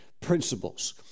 principles